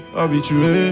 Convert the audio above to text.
habitué